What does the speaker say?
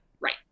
right